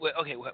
okay